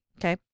Okay